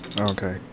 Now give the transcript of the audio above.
Okay